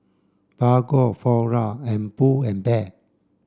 Bargo Flora and Pull and Bear